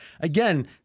Again